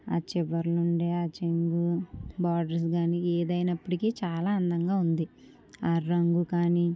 ఆ చివరన ఉండే ఆ కొంగు బార్డర్స్ కానీ ఏదైనప్పటికి చాలా అందంగా ఉంది ఆ రంగు కానీ